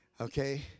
Okay